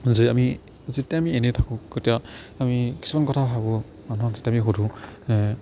যে আমি যেতিয়া আমি এনেই থাকোঁ তেতিয়া আমি কিছুমান কথা ভাবোঁ মানুহক যেতিয়া আমি সুধোঁ